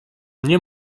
nie